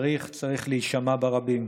צריך להישמע ברבים,